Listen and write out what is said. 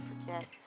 forget